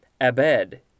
abed